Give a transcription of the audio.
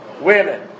women